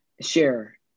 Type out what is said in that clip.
share